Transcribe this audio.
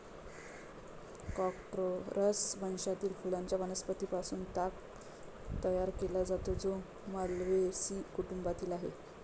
Corchorus वंशातील फुलांच्या वनस्पतीं पासून ताग तयार केला जातो, जो माल्व्हेसी कुटुंबातील आहे